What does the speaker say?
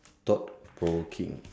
thought provoking